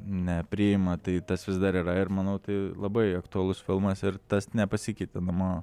nepriima tai tas vis dar yra ir manau tai labai aktualus filmas ir tas nepasikeitė nuo mano